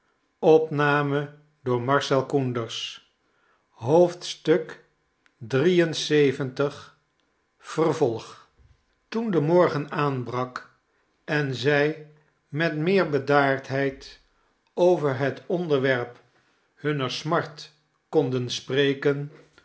toen de morgen aanbrak en zij met meer bedaardheid over het onderwerp hunner smart konden spreken